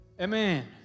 Amen